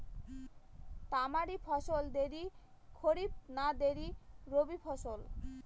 তামারি ফসল দেরী খরিফ না দেরী রবি ফসল?